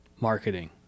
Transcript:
marketing